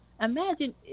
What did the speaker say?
Imagine